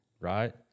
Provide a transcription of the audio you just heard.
right